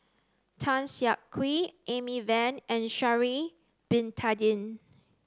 Tan Siak Kew Amy Van and Sha'ari Bin Tadin